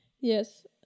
Yes